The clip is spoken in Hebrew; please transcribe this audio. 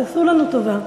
תעשו לנו טובה.